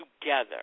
together